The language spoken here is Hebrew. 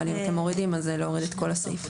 אז זה להוריד את כל הסעיף.